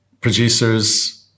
producers